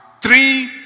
three